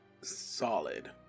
solid